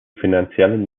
finanziellen